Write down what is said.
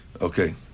Okay